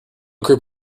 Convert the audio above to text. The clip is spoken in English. group